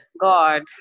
god